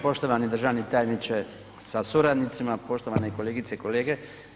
Poštovani državni tajniče sa suradnicima, poštovane kolegice i kolege.